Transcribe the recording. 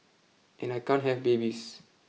and I can't have babies